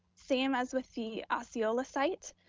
same as with the osceola site,